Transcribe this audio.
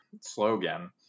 slogan